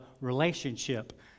relationship